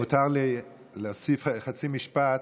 מותר לי להוסיף חצי משפט?